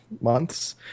months